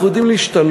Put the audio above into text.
אנחנו יודעים להשתנות.